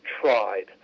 tried